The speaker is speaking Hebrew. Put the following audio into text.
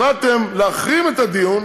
החלטתם להחרים את הדיון